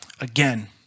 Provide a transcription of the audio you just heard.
again